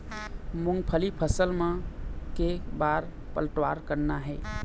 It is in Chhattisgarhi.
मूंगफली फसल म के बार पलटवार करना हे?